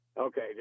Okay